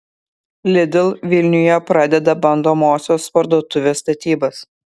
lidl vilniuje pradeda bandomosios parduotuvės statybas